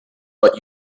but